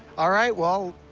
all right, well,